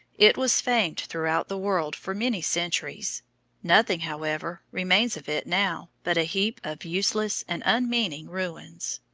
it was famed throughout the world for many centuries nothing, however, remains of it now but a heap of useless and unmeaning ruins.